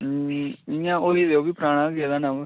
उ'आं होई ते ओह् बी पराना गै गेदा होना बा